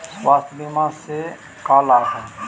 स्वास्थ्य बीमा से का लाभ है?